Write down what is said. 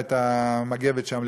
המגבת שם,